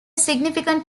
significant